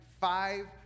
five